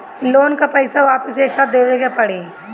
Loan का पईसा वापिस एक साथ देबेके पड़ी?